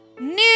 New